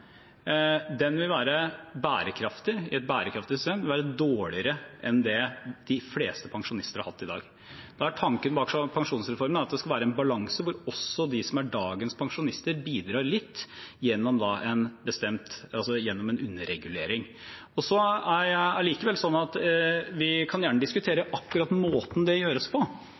Den vil i et bærekraftig system være dårligere enn den de fleste pensjonister har i dag. Nå er tanken bak pensjonsreformen at det skal være en balanse der også dagens pensjonister bidrar litt, gjennom en underregulering. Vi kan gjerne diskutere akkurat måten det gjøres på, for i dag er det en fast sats minus 0,75 pst., mens utgangspunktet i pensjonsforliket var at det